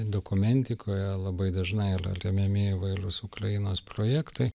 dokumentikoje labai dažnai yra remiami įvairūs ukrainos projektai